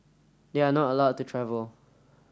they are not allowed to travel